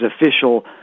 official